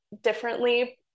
differently